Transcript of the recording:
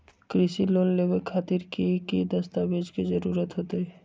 कृषि लोन लेबे खातिर की की दस्तावेज के जरूरत होतई?